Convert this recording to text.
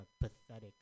pathetic